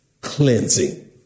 cleansing